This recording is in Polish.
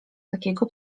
takiego